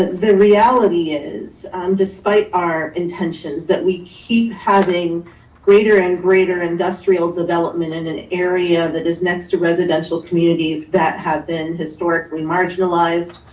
the reality is despite our intentions that we keep having greater and greater industrial development in an area that is next to residential communities that have been historically marginalized,